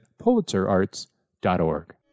PulitzerArts.org